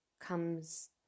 comes